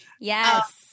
Yes